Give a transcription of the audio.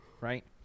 right